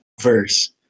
verse